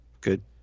good